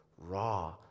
raw